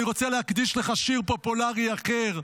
אני רוצה להקדיש לך שיר פופולרי אחר,